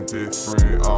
different